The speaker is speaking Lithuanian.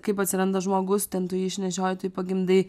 kaip atsiranda žmogus ten tu jį išnešioji tu jį pagimdai